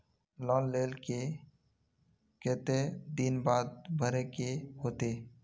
Loan लेल के केते दिन बाद भरे के होते?